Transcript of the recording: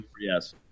Yes